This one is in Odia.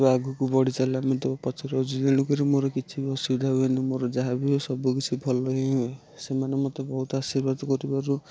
ତୁ ଆଗକୁ ବଢ଼ିଚାଲ ଆମେ ତୋ ପଛରେ ଅଛୁ ତେଣୁ କରି ମୋର କିଛି ଅସୁବିଧା ହୁଏନି ମୋର ଯାହା ହୁଏ ସବୁ କିଛି ଭଲ ହିଁ ହୁଏ ସେମାନେ ମୋତେ ବହୁତ ଆଶୀର୍ବାଦ କରିବାରୁ